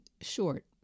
short